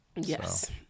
Yes